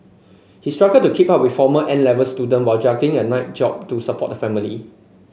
he struggled to keep up with former N Level student while juggling a night job to support the family